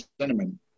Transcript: cinnamon